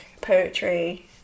poetry